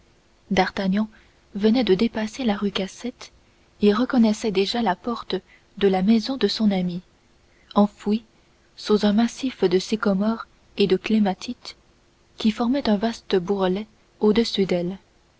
d'artagnan venait de dépasser la rue cassette et reconnaissait déjà la porte de la maison de son ami enfouie sous un massif de sycomores et de clématites qui formaient un vaste bourrelet audessus d'elle